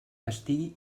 estigui